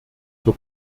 zur